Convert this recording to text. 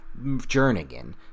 Jernigan